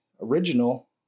original